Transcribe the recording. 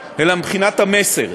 אלא מבחינת המסר,